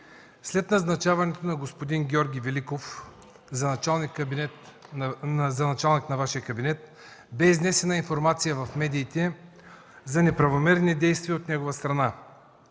След назначаването на господин Георги Великов за началник на Вашия кабинет бе изнесена информация в медиите за неправомерни действия от негова страна